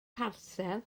parsel